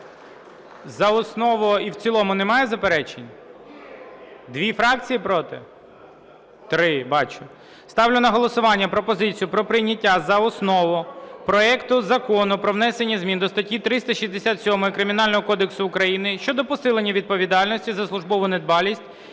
За основу і в цілому немає заперечень? Дві фракції проти? Три, бачу. Ставлю на голосування пропозицію про прийняття за основу проекту Закону про внесення змін до статті 367 Кримінального кодексу України щодо посилення відповідальності за службову недбалість,